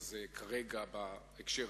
שזה אם אני מבין נכון "אדמתי,